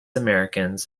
americans